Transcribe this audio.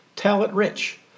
Talent-rich